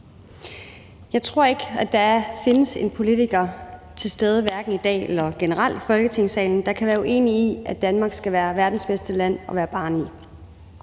Jeg tror ikke, at der findes en politiker, hverken i dag eller generelt, i Folketingssalen, der kan være uenig i, at Danmark skal være verdens bedste land at være barn i,